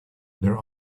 there